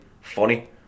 funny